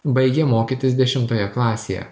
baigė mokytis dešimtoje klasėje